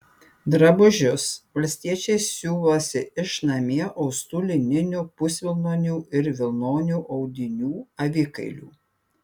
drabužius valstiečiai siuvosi iš namie austų lininių pusvilnonių ir vilnonių audinių avikailių